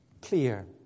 clear